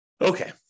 Okay